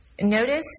Notice